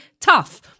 tough